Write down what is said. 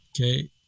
Okay